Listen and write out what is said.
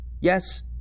Yes